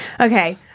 Okay